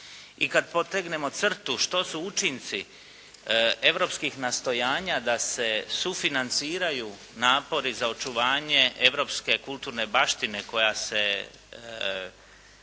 i kad potegnemo crtu što su učinci europskih nastojanja da se sufinanciraju napori za očuvanje europske kulturne baštine koja se